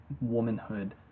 womanhood